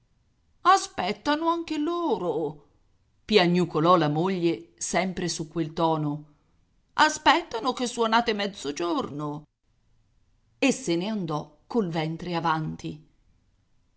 aspettano anche loro piagnucolò la moglie sempre su quel tono aspettano che suonate mezzogiorno e se ne andò col ventre avanti